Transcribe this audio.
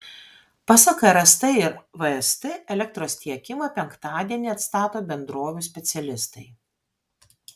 pasak rst ir vst elektros tiekimą penktadienį atstato bendrovių specialistai